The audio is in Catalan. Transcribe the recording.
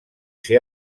ser